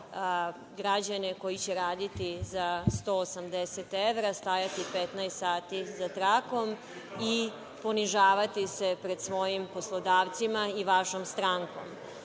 građane koji će raditi za 180 evra, stajati 15 sati za trakom i ponižavati se pred svojim poslodavcima i vašom strankom. Ja